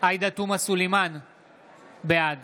בעד